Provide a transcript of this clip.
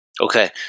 Okay